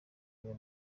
w’iyo